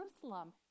Jerusalem